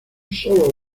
solo